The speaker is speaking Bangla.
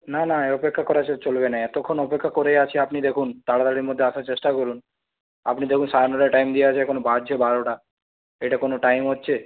না না এ অপেক্ষা করা তো চলবে না এতক্ষণ অপেক্ষা করে আছি আপনি দেখুন তাড়াতাড়ির মধ্যে আসার চেষ্টা করুন আপনি দেখুন সাড়ে নটায় টাইম দেওয়া আছে এখন বাজছে বারোটা এটা কোনও টাইম হচ্ছে